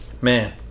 Man